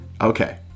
Okay